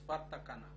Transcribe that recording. מספר תקנה.